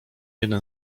jeden